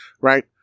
right